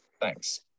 Thanks